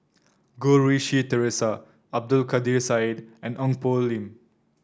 Goh Rui Si Theresa Abdul Kadir Syed and Ong Poh Lim